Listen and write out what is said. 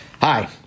Hi